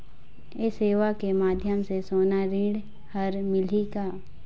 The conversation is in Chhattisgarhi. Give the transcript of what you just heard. ये सेवा के माध्यम से सोना ऋण हर मिलही का?